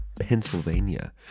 pennsylvania